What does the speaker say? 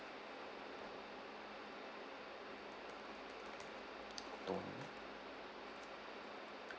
tony